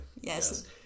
Yes